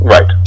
Right